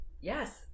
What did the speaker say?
Yes